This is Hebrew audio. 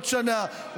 עוד שנה,